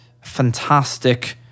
fantastic